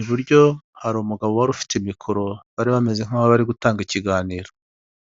iburyo hari umugabo wari ufite mikoro bari bameze nk'aho bari gutanga ikiganiro.